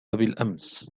بالأمس